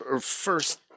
first